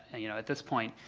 you know, at this point,